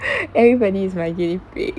everybody is my guinea pig